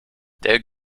der